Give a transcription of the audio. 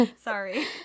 Sorry